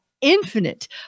infinite